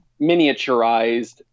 miniaturized